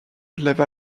lève